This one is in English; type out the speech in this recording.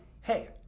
hey